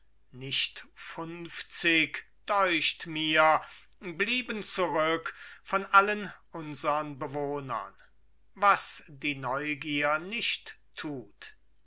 nicht funfzig deucht mir blieben zurück von allen unsern bewohnern was die neugier nicht tut